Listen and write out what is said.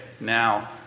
now